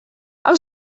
how